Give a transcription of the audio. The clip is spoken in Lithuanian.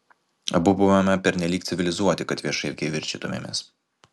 abu buvome pernelyg civilizuoti kad viešai kivirčytumėmės